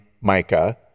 mica